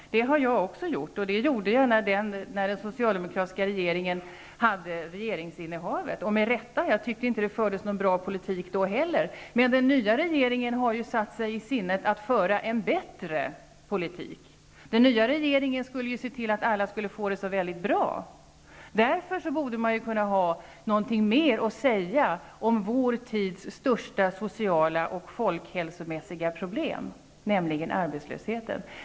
Det har jag också gjort och det gjorde jag under det socialdemokratiska regeringsinnehavet, och med rätta. Jag tyckte inte det fördes någon bra politik då heller, men den nya regeringen har satt sig i sinnet att föra en bättre politik. Den skulle ju se till att alla skulle få det så väldigt bra. Därför borde man kunna ha någonting mer att säga om vår tids största sociala problem och folkhälsoproblem, nämligen arbetslösheten.